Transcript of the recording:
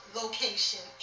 location